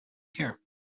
here